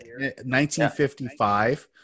1955